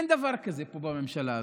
אין דבר כזה בממשלה הזאת.